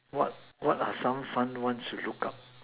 what what are some fun one you look out